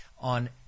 on